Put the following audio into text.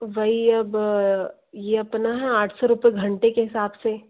वही अब ये अपना है आठ सौ रुपए घंटे के हिसाब से